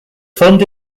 fund